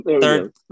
third